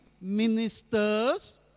ministers